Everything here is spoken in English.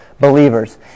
believers